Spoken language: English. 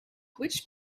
which